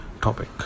topic